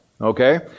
Okay